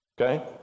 Okay